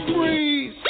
Freeze